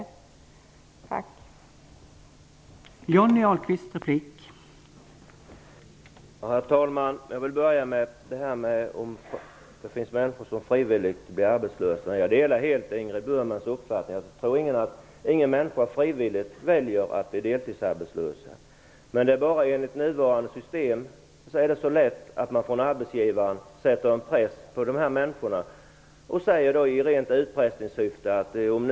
Tack!